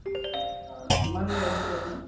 আচ্ছা কিমান লাগিছিল আপোনাক